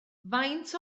faint